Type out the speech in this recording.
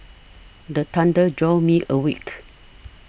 the thunder jolt me awake